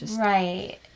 Right